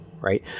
right